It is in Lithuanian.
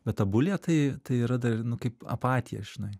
bet abulija tai yra kaip apatija žinai